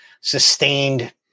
sustained